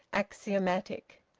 axiomatic.